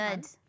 good